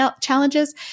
challenges